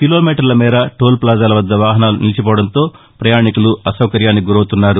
kilo మీటర్లమేర toll ఫ్లాజాల వద్ద వాహనాలు నిలిచిపోవడంతో పయాణీకులు అసౌకర్యానికి గురవుతున్నారు